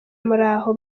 muraho